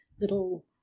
little